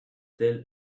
tell